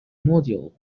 module